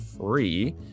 free